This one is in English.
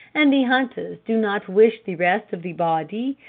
and the hunters do not wish the rest of the body,